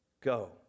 go